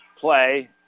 play